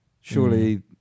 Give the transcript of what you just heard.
surely